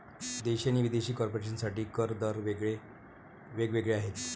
देशी आणि विदेशी कॉर्पोरेशन साठी कर दर वेग वेगळे आहेत